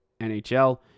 NHL